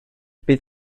bydd